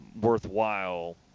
worthwhile